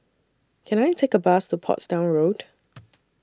Can I Take A Bus to Portsdown Road